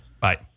Bye